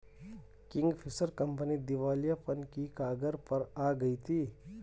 Kingfisher company दिवालियापन की कगार पर आ गई थी